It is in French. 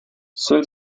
seule